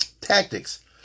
tactics